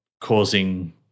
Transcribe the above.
causing